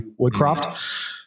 Woodcroft